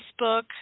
Facebook